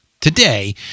Today